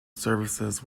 services